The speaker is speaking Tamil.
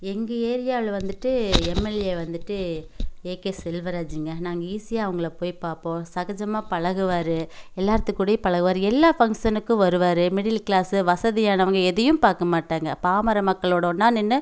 எங்கள் ஏரியாவில் வந்துவிட்டு எம் எல் ஏ வந்துவிட்டு ஏ கே செல்வராஜுங்க நாங்கள் ஈஸியாக அவங்களை போய் பார்ப்போம் சகஜமாக பழகுவாரு எல்லோருத்துக்கு கூடயும் பழகுவாரு எல்லா ஃபங்க்ஷனுக்கும் வருவார் மிடில் க்ளாஸு வசதியானவங்க எதையும் பார்க்கமாட்டாங்க பாமர மக்களோடு ஒன்னாக நின்று